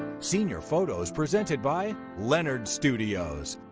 senior photos presented by leonard studios.